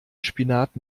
spinat